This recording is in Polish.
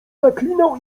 zaklinał